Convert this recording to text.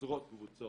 עשרות קבוצות.